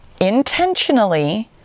intentionally